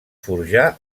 forjar